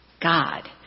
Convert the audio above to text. God